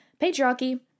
Patriarchy